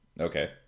okay